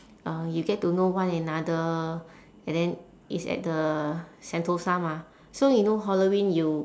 uh you get to know one another and then it's at the sentosa mah so you know halloween you